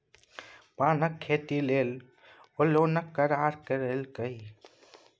पानक खेती लेल ओ लोनक करार करेलकै